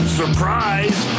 surprise